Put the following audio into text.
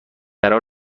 قرار